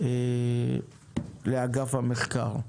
לפי הבנתי, לאגף המחקר.